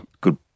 good